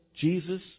Jesus